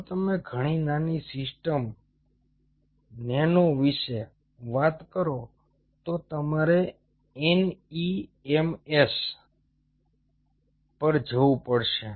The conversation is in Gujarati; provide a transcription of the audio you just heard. જો તમે ઘણી નાની સિસ્ટમ નેનો વિશે વાત કરો તો તમારે NEMS પર જવું પડશે